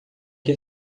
que